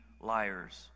liars